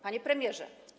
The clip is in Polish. Panie Premierze!